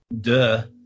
duh